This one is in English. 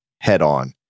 head-on